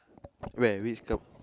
where which comp~